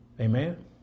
amen